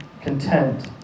content